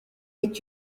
est